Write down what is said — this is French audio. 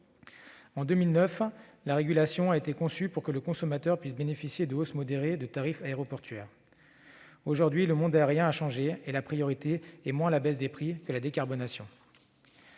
En 2009, la régulation a été conçue pour que le consommateur puisse bénéficier de hausses modérées de tarifs aéroportuaires. Aujourd'hui, le monde aérien a changé, et la priorité est moins la baisse des prix que la décarbonation.